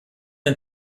den